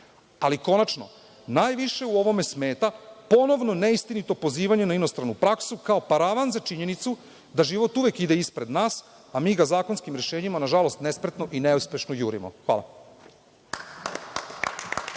Ali, konačno, najviše u ovome smeta ponovno neistinito pozivanje na inostranu praksu kao paravan za činjenicu da život uvek ide ispred nas, a mi ga zakonskim rešenjima nažalost nespretno i neuspešno jurimo. Hvala.